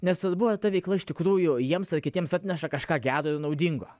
nes ar buvo ta veikla iš tikrųjų jiems ar kitiems atneša kažką gero ir naudingo